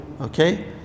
Okay